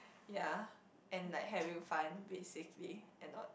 ya and like having fun basically and not